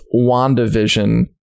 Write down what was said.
wandavision